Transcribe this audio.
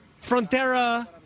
frontera